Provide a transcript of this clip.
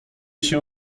się